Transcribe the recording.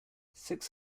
six